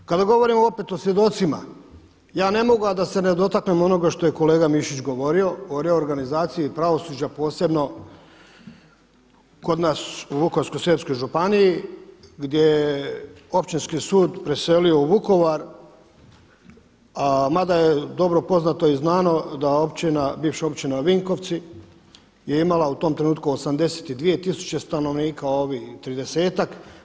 Kada govorim opet o svjedocima ja ne mogu a da se ne dotaknem onoga što je kolega Mišić govorio o reorganizaciji pravosuđa, posebno kod nas u Vukovarsko-srijemskoj županiji gdje je Općinski sud preselio u Vukovar mada je dobro poznato i znano da općina, bivša općina Vinkovci je imala u tom trenutku 82000 stanovnika, ovi tridesetak.